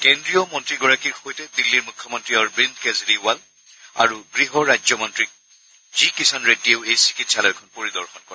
কেন্দ্ৰীয় মন্ত্ৰীকেইগৰাকীৰ সৈতে দিল্লীৰ মুখ্যমন্ত্ৰী অৰবিন্দ কেজৰিয়াল আৰু গৃহ ৰাজ্য মন্ত্ৰী জি কিষাণ ৰেড্ডীয়েও এই চিকিৎসালয়খন পৰিদৰ্শন কৰে